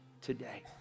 today